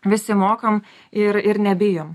visi mokam ir ir nebijom